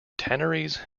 tanneries